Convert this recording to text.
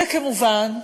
וכמובן,